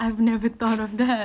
I've never thought of that